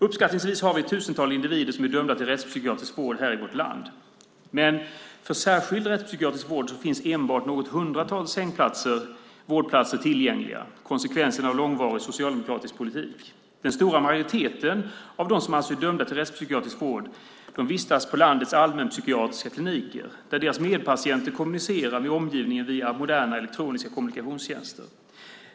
Uppskattningsvis har vi ett tusental individer som är dömda till rättspsykiatrisk vård här i vårt land, men för särskild rättspsykiatrisk vård finns endast något hundratal vårdplatser tillgängliga. Det är konsekvensen av långvarig socialdemokratisk politik. Den stora majoriteten av dem som är dömda till rättspsykiatrisk vård vistas på landets allmänpsykiatriska kliniker där deras medpatienter kommunicerar med omgivningen via moderna elektroniska kommunikationstjänster.